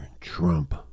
Trump